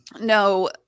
No